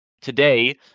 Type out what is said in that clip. Today